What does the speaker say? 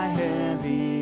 heavy